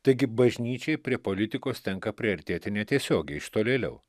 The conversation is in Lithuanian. taigi bažnyčiai prie politikos tenka priartėti netiesiogiai iš tolėliau